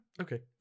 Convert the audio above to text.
okay